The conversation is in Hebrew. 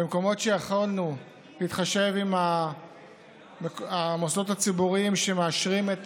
במקומות שיכולנו להתחשב במוסדות הציבוריים שמאשרים את